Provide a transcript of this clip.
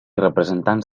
representants